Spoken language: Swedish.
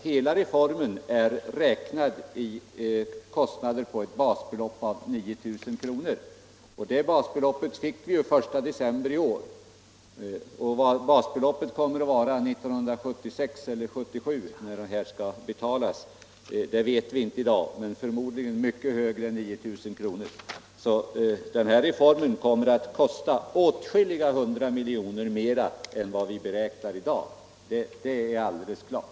Hela reformen är räknad i kostnader på ett basbelopp av 9 000 kronor. Det basbeloppet uppnåddes redan den 1 december i år. Vad basbeloppet kommer att vara 1976 eller 1977, när reformen skall betalas, vet vi inte i dag. Men förmodligen blir beloppet mycket högre än 9000 kronor, så denna reform kommer att kosta åtskilliga hundra miljoner mer än vad vi räknar i dag — det är alldeles klart.